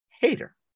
Hater